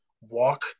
walk